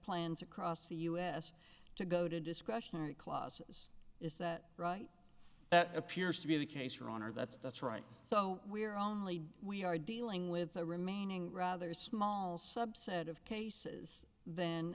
plans across the us to go to discretionary clauses is that right that appears to be the case your honor that's that's right so we're only we are dealing with the remaining rather small subset of cases th